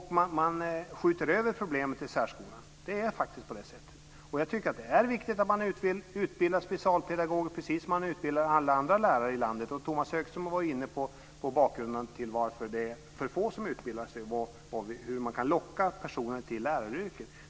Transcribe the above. Man skjuter över problemen till särskolan - det är faktiskt så. Jag tycker att det är viktigt att man utbildar specialpedagoger precis som man utbildar alla andra lärare i landet. Tomas Högström var inne på bakgrunden till att det är för få som utbildar sig och hur man kan locka personer till läraryrket.